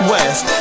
West